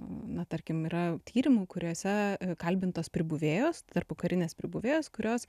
na tarkim yra tyrimų kuriuose kalbintos pribuvėjos tarpukarinės pribuvėjos kurios